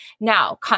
Now